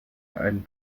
ein